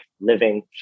living